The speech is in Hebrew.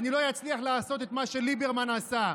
לא אצליח לעשות את מה שליברמן עשה.